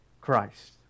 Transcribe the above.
Christ